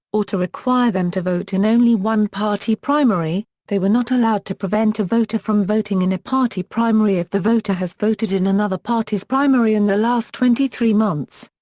or to require them to vote in only one party primary, they were not allowed to prevent a voter from voting in a party primary if the voter has voted in another party's primary in the last twenty three months.